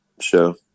show